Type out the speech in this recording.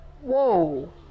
Whoa